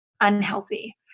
unhealthy